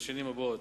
בשנים הבאות.